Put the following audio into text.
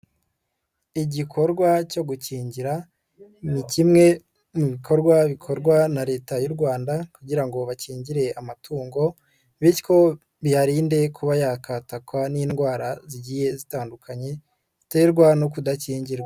Igikorwa cyo gukingira ni kimwe mu bikorwa bikorwa na Leta y'u Rwanda kugira ngo bakingire amatungo bityo bibarinde kuba yakatakwa n'indwara zigiye zitandukanye ziterwa no kudakingirwa.